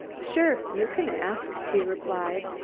sure you can ask, he replied.